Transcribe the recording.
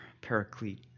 paraclete